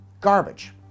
garbage